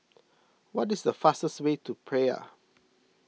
what is the fastest way to Praia